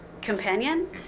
companion